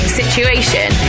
situation